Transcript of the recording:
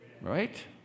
Right